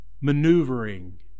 maneuvering